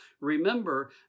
remember